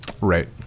right